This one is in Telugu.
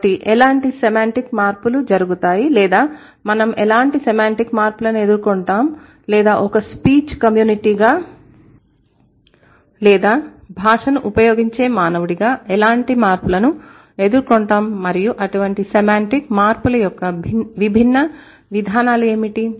కాబట్టి ఎలాంటి సెమాంటిక్ మార్పులు జరుగుతాయి లేదా మనం ఎలాంటి సెమాంటిక్ మార్పులను ఎదుర్కొంటాం లేదా ఒక స్పీచ్ కమ్యూనిటీగా లేదా భాషను ఉపయోగించే మానవుడిగా ఎలాంటి మార్పులను ఎదుర్కొంటాం మరియు అటువంటి సెమాంటిక్ మార్పుల యొక్క విభిన్న విధానాలు ఏమిటి